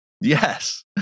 Yes